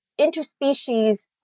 interspecies